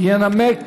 ינמק